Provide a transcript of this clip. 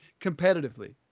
competitively